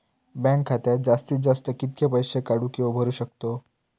Bank खात्यात जास्तीत जास्त कितके पैसे काढू किव्हा भरू शकतो?